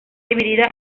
dividida